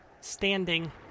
standing